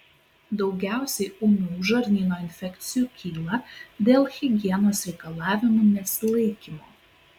daugiausiai ūmių žarnyno infekcijų kyla dėl higienos reikalavimų nesilaikymo